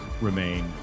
remain